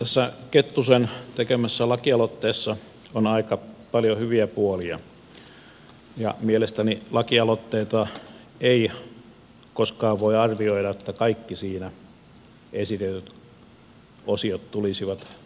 tässä kettusen tekemässä lakialoitteessa on aika paljon hyviä puolia ja mielestäni lakialoitteita ei koskaan voi arvioida että kaikki niissä esitetyt osiot tulisivat toteutumaan